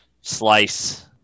slice